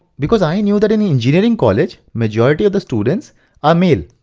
because i knew that in engineering college, majority of the students i mean